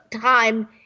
time